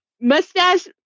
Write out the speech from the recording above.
mustache